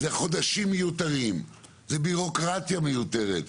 זה חודשים מיותרים, זה ביורוקרטיה מיותרת.